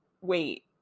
wait